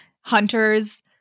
Hunter's